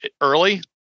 early